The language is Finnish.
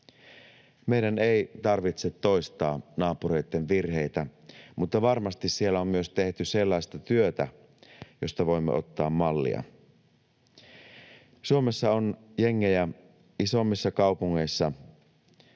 Meidän ei tarvitse toistaa naapureitten virheitä, mutta varmasti siellä on myös tehty sellaista työtä, josta voimme ottaa mallia. Suomessa on jengejä isommissa kaupungeissa,